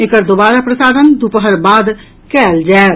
एकर दोबारा प्रसारण दूपहर बाद कयल जायत